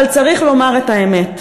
אבל צריך לומר את האמת,